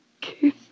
kiss